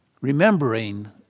Remembering